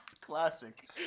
Classic